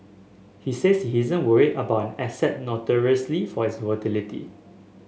he says he isn't worried about an asset notoriously for its volatility